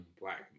black